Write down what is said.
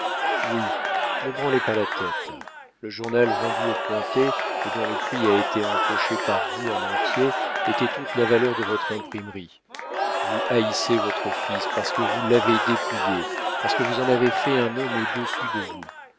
oui ne branlez pas la tête le journal vendu aux cointet et dont le prix a été empoché par vous en entier était toute la valeur de votre imprimerie vous haïssez votre fils parce que vous l'avez dépouillé parce que vous en avez fait un homme au-dessus de vous